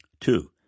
Two